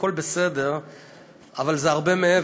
הכול בסדר,